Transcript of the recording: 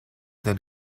del